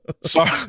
sorry